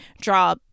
draw